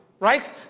Right